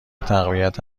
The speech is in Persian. تقویت